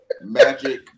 Magic